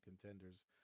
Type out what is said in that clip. contenders